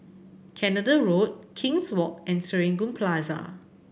Canada Road King's Walk and Serangoon Plaza